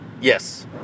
Yes